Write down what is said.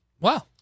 Wow